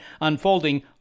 unfolding